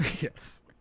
yes